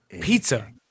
Pizza